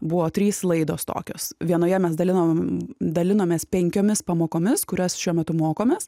buvo trys laidos tokios vienoje mes dalinom dalinomės penkiomis pamokomis kurias šiuo metu mokomės